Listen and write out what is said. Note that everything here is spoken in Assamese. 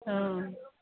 অঁ